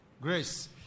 Grace